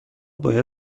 باید